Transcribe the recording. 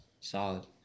solid